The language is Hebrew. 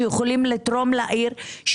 שיכולים לתרום לעיר,